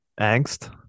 angst